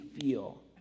feel